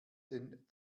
den